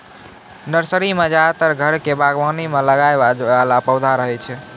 nursery मॅ ज्यादातर घर के बागवानी मॅ लगाय वाला पौधा रहै छै